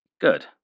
Good